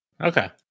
Okay